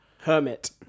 Hermit